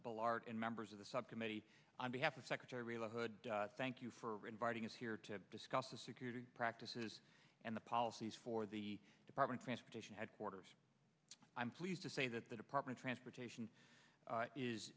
balart and members of the subcommittee on behalf of secretary ray la hood thank you for inviting us here to discuss the security practices and the policies for the department of transportation headquarters i'm pleased to say that the department transportation